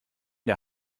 der